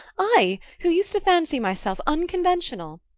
i who used to fancy myself unconventional!